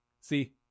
see